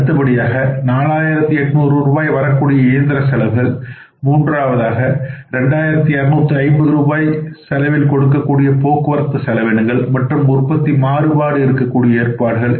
அடுத்தபடியாக 4800 ரூபாய் வரக்கூடிய இயந்திர செலவுகள் மூன்றாவதாக 2250 ரூபாய் செலவில் கொடுக்கக்கூடிய போக்குவரத்து செலவினங்கள் மற்றும் உற்பத்தி மாறுபாடு இருக்கக்கூடிய ஏற்பாடுகள்